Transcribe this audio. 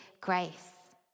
grace